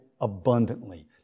abundantly